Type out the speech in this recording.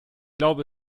glaube